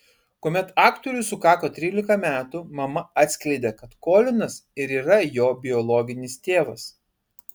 kuomet aktoriui sukako trylika metų mama atskleidė kad kolinas ir yra jo biologinis tėvas